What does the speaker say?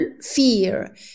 fear